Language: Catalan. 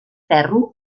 ferro